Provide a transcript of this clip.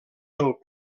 del